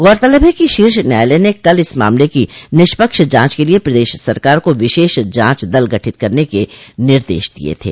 गौरतलब है कि शीर्ष न्यायालय ने कल इस मामले की निष्पक्ष जांच के लिये प्रदेश सरकार को विशेष जांच दल गठित करने के निर्देश दिये थे